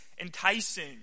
enticing